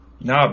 No